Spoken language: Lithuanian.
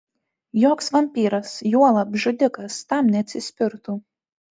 joks vampyras juolab žudikas tam neatsispirtų